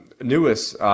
newest